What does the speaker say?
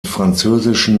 französischen